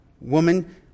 woman